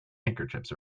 handkerchiefs